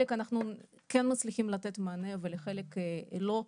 אנחנו כן מצליחים לתת מענה ולחלק לא,